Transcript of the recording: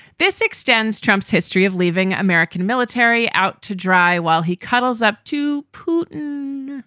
this extends trump's history of leaving american military out to dry while he cuddles up to putin.